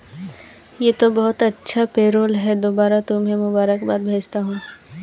यह तो बहुत अच्छा पेरोल है दोबारा तुम्हें मुबारकबाद भेजता हूं